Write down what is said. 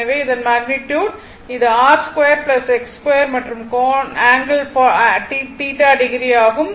எனவே இதன் மேக்னிட்யுட் இது √R2 X2 மற்றும் கோணம் ∠θo ஆகும்